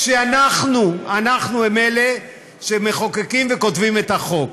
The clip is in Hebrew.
כשאנחנו אלה שמחוקקים וכותבים את החוק.